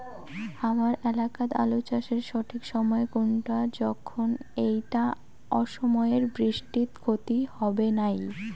হামার এলাকাত আলু চাষের সঠিক সময় কুনটা যখন এইটা অসময়ের বৃষ্টিত ক্ষতি হবে নাই?